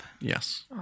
Yes